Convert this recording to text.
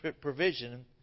provision